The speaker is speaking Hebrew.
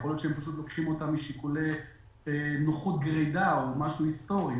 יכול להיות שהם פשוט לוקחים אותה משיקולי נוחות גרידא או משהו היסטורי.